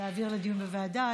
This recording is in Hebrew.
להעביר לדיון בוועדה?